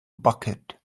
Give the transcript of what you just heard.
bucket